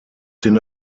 den